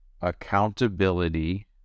accountability